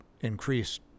increased